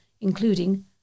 including